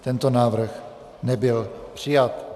Tento návrh nebyl přijat.